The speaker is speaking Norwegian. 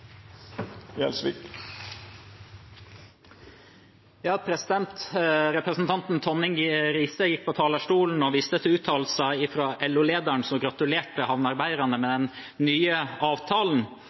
Representanten Tonning Riise gikk på talerstolen og viste til uttalelser fra LO-lederen, som gratulerte havnearbeiderne med